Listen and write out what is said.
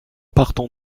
partons